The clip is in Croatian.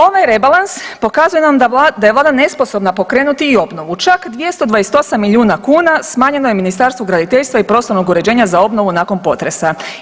Ovaj rebalans pokazuje nam da je vlada nesposobna pokrenuti i obnovu, čak 228 milijuna kuna smanjeno je Ministarstvu graditeljstva i prostornog uređenja za obnovu nakon potresa.